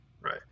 right